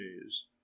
days